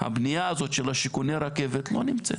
הבנייה הזאת של שיכוני הרכבת לא נמצאת.